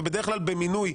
ובדרך כלל במינוי,